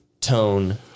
tone